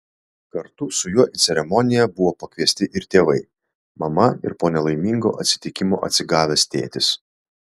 kartu su juo į ceremoniją buvo pakviesti ir tėvai mama ir po nelaimingo atsitikimo atsigavęs tėtis